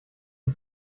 die